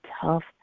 tough